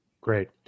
Great